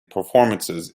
performances